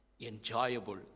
enjoyable